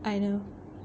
I know